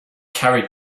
carried